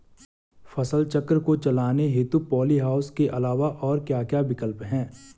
फसल चक्र को चलाने हेतु पॉली हाउस के अलावा और क्या क्या विकल्प हैं?